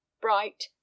Bright